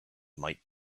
might